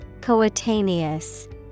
Coetaneous